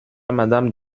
madame